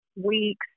weeks